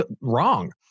wrong